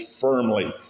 firmly